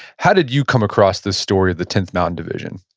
how did you come across this story of the tenth mountain division?